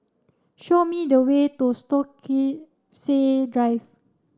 show me the way to Stokesay Drive